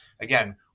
again